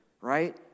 Right